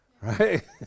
right